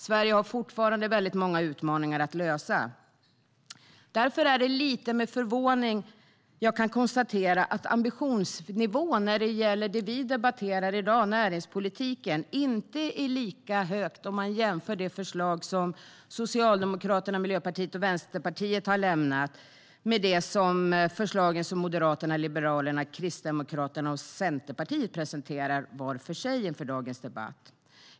Sverige har fortfarande väldigt många utmaningar att lösa. Därför är det lite grann med förvåning som jag kan konstatera att ambitionsnivån när det gäller det som vi debatterar i dag - näringspolitiken - inte är lika hög om man jämför det förslag som Socialdemokraterna, Miljöpartiet och Vänsterpartiet har lämnat med de förslag som Moderaterna, Liberalerna, Kristdemokraterna och Centerpartiet presenterar var för sig inför dagens debatt.